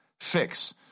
fix